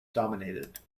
dominated